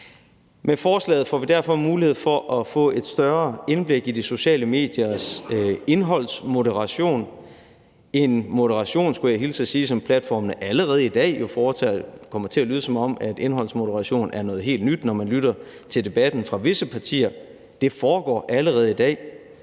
Med forslaget får vi derfor mulighed for at få et større indblik i de sociale mediers indholdsmoderation – en moderation, skulle jeg hilse og sige, som platformene allerede i dag jo foretager. Det kommer til at lyde, som om indholdsmoderation er noget helt nyt, når man lytter til debatten fra visse partier. Det foregår allerede i dag,